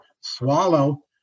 swallow